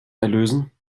erlösen